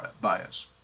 bias